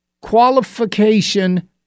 qualification